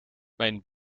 mijn